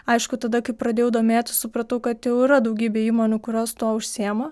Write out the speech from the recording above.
aišku tada kai pradėjau domėtis supratau kad jau yra daugybė įmonių kurios tuo užsiima